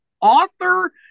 author